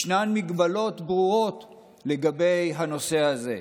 יש מגבלות ברורות בנושא הזה.